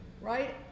right